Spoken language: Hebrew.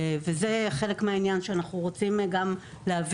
זה גם חלק מהעניין שאנחנו רוצים להביא.